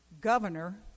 governor